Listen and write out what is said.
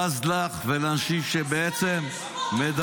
בז לך ולאנשים -- אני בזה לך לא פחות.